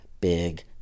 big